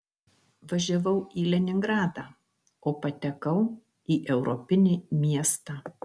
važiavau į leningradą o patekau į europinį miestą